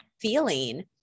feeling